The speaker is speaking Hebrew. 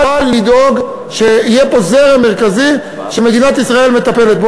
אבל לדאוג שיהיה פה זרם מרכזי שמדינת ישראל מטפלת בו.